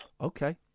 Okay